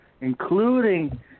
including